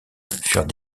furent